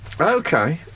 Okay